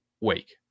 wake